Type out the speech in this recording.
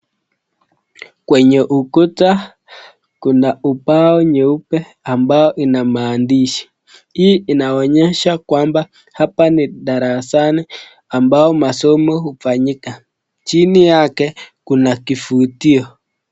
Kwenye ukuta kuna ubao nyeupe ambao ina maandishi. Hii inaonyesha kwamba hapa ni darasanai ambao masomo hufanyika. Chini yake kuna kifutio.